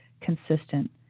consistent